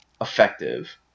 effective